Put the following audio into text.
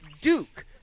Duke